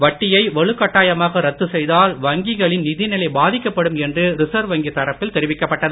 வட்டியை வலுக் கட்டாயமாக ரத்து செய்தால் வங்கிகளின் நிதிநிலை பாதிக்கப்படும் என்று ரிசர்வ் வங்கி தரப்பில் தெரிவிக்கப்பட்டது